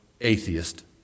atheist